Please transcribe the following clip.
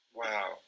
Wow